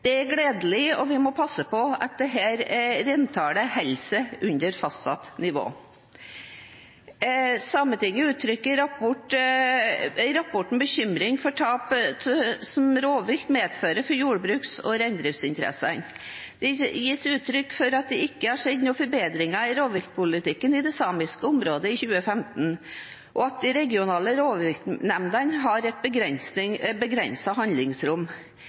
Det er gledelig, og vi må passe på at reintallet holder seg under fastsatt nivå. Sametinget uttrykker i rapporten bekymring for tap som rovvilt medfører for jordbruks- og reindriftsinteressene. Det gis uttrykk for at det ikke skjedde noen forbedringer i rovviltpolitikken i samiske områder i 2015, og at de regionale rovviltnemndene har et begrenset handlingsrom.